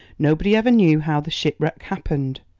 nobody ever knew how the shipwreck happened,